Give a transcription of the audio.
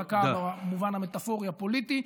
לרקה, במובן המטפורי, הפוליטי.